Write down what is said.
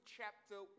chapter